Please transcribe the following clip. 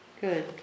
Good